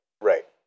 Right